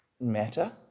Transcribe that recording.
matter